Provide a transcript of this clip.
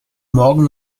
morgen